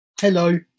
Hello